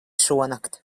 šonakt